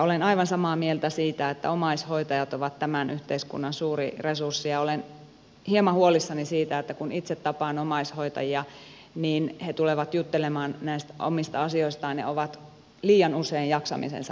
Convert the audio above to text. olen aivan samaa mieltä siitä että omaishoitajat ovat tämän yhteiskunnan suuri resurssi ja olen hieman huolissani siitä että kun itse tapaan omaishoitajia niin he tulevat juttelemaan näistä omista asioistaan ja ovat liian usein jaksamisensa äärirajoilla